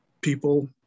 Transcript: people